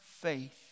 faith